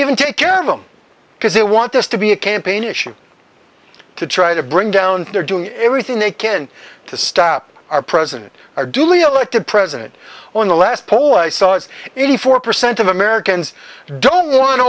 even take care of them because they want this to be a campaign issue to try to bring down they're doing everything they can to stop our president our duly elected president on the last poll i saw it's eighty four percent of americans don't want